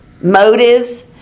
motives